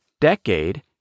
decade